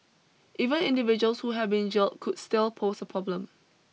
even individuals who have been jailed could still pose a problem